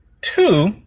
Two